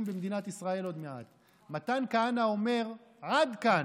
על ליברמן, והוא אומר, "שנים שלא היה בישראל